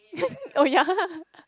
oh ya